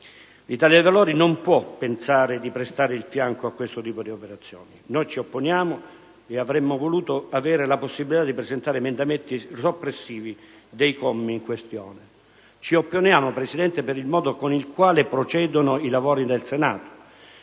L'Italia dei Valori non può pensare di prestare il fianco a operazioni del genere. Noi ci opponiamo, e avremmo voluto avere la possibilità di presentare emendamenti soppressivi dei commi in questione. Ci opponiamo, Presidente, per il modo con il quale procedono i lavori del Senato.